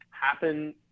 happen